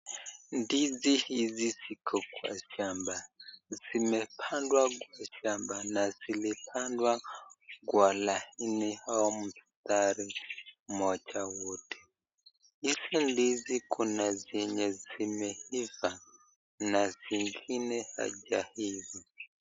Ndizi hizi ziko kwa shamba. Zimepandwa kwenye shamba na zilipandwa kwa laini au mstari mmoja wote. Hizi ndizi kuna zenye zimeiva na zingine hazijaiva.